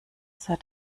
sah